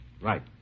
Right